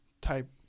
type